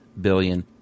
billion